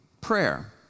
prayer